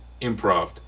improv